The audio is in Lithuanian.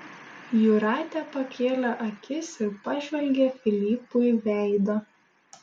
jūratė pakėlė akis ir pažvelgė filipui veidą